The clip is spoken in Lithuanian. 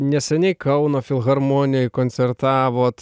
neseniai kauno filharmonijoj koncertavot